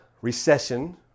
recession